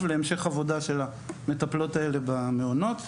להמשך עבודה של המטפלות האלה במעונות.